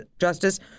Justice